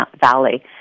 Valley